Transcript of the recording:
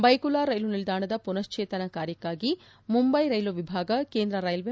ಬೈಕುಲಾ ರೈಲು ನಿಲ್ದಾಣದ ಪುನಕ್ಟೇತನ ಕಾರ್ಯಕ್ಕಾಗಿ ಮುಂಬೈ ರೈಲು ವಿಭಾಗ ಕೇಂದ್ರ ರೈಲ್ವೆ